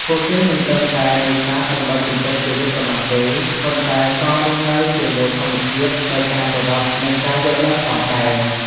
ពួកគេមិនត្រឹមតែនេសាទដើម្បីចិញ្ចឹមជីវិតប៉ុណ្ណោះទេ ប៉ុន្តែក៏រស់នៅជាមួយធម្មជាតិដោយការគោរព និងការយល់ដឹងផងដែរ។